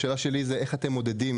השאלה שלי זה איך אתם מודדים